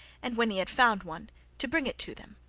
and when he had found one to bring it to them.